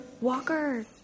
Walker